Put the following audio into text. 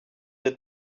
êtes